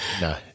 no